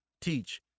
teach